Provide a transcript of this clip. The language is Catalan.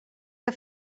que